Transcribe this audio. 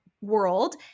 world